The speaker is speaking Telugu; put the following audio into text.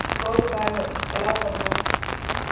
గోల్డ్ బాండ్ ఎలా పొందాలి?